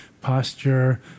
posture